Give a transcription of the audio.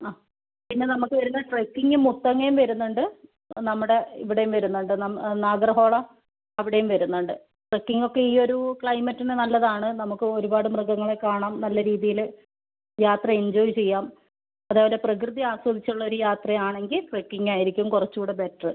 ആ പിന്നെ നമുക്ക് വരുന്ന ട്രക്കിങ്ങ് മുത്തങ്ങയും വരുന്നുണ്ട് നമ്മുടെ ഇവിടേയും വരുന്നുണ്ട് നാഗർഹോള അവിടേയും വരുന്നുണ്ട് ട്രക്കിങ്ങ് ഒക്കെ ഈ ഒരു ക്ലൈമറ്റിന് നല്ലതാണ് നമുക്കും ഒരുപാട് മൃഗങ്ങളെ കാണാം നല്ല രീതിയിൽ യാത്ര എൻജോയ് ചെയ്യാം അതേപോലെ പ്രകൃതി ആസ്വദിച്ചുള്ള ഒരു യാത്രയാണെങ്കിൽ ട്രക്കിങ്ങ് ആയിരിക്കും കുറച്ചുകൂടി ബെറ്ററ്